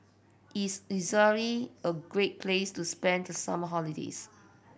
is Israel a great place to spend the summer holidays